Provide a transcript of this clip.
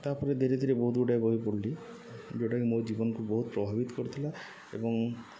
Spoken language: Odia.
ତା'ପରେ ଧୀରେ ଧୀରେ ବହୁତ ଗୁଡ଼ାଏ ବହି ପଢ଼ିଲି ଯେଉଁଟା ମୋ ଜୀବନକୁ ବହୁତ ପ୍ରଭାବିତ କରିଥିଲା ଏବଂ